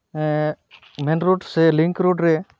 ᱦᱮᱸ main road ᱥᱮ link road ᱨᱮ